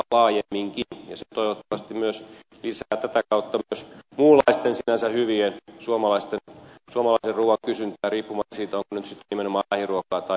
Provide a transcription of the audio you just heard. se toivottavasti lisää tätä kautta myös muunlaisen sinänsä hyvän suomalaisen ruuan kysyntää riippumatta siitä onko se nyt sitten nimenomaan lähiruokaa tai luomuruokaa